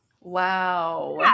Wow